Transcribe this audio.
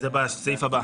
בסעיף הבא.